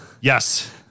yes